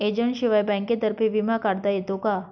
एजंटशिवाय बँकेतर्फे विमा काढता येतो का?